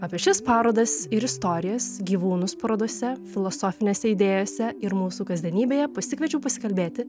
apie šias parodas ir istorijas gyvūnus parodose filosofinėse idėjose ir mūsų kasdienybėje pasikviečiau pasikalbėti